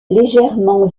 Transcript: légèrement